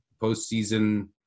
postseason